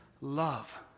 love